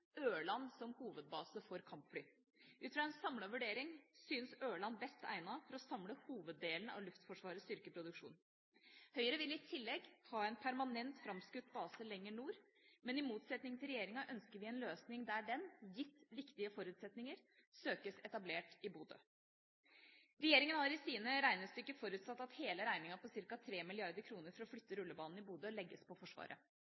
Ørland som hovedbase for kampfly. Ut fra en samlet vurdering syns Ørland best egnet for å samle hoveddelen av Luftforsvarets styrkeproduksjon. Høyre vil i tillegg ha en permanent, framskutt base lenger nord, men i motsetning til regjeringa ønsker vi en løsning der den – gitt viktige forutsetninger – søkes etablert i Bodø. Regjeringa har i sine regnestykker forutsatt at hele regningen på ca. 3 mrd. kr for å flytte rullebanen i Bodø legges på Forsvaret.